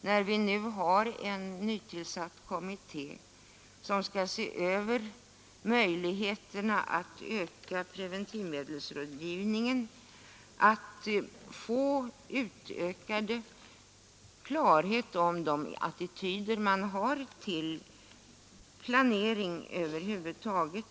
när vi nu har en nytillsatt kommitté som skall se över möjligheterna att öka preventivmedelsrådgivningen, att vi får ökad klarhet om de attityder man har till planering över huvud taget.